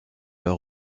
leur